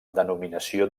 denominació